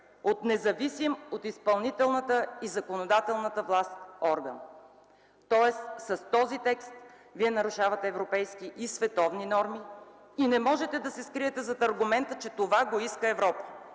от независим от изпълнителната и законодателната власт орган. Тоест с този текст нарушавате европейски и световни норми и не можете да се скриете зад аргумента, че това го иска Европа